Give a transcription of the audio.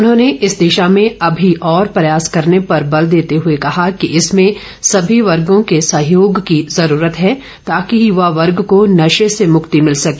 उन्होंने इस दिशा में अभी और प्रयास करने पर बल देते हुए कहा कि इसमें सभी वर्गो के सहयोग की जरूरत है ताकि युवा वर्ग को नशे से मुक्ति मिल सके